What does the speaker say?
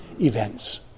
events